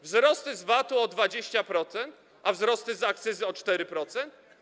Wzrosty z VAT-u - 20%, a wzrosty z akcyzy - 4%.